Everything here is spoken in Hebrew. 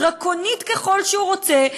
דרקונית ככל שהוא רוצה,